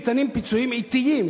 ניתנים פיצויים אטיים,